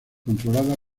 controlada